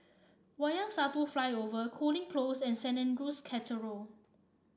Wayang Satu Flyover Cooling Close and Saint Andrew's Cathedral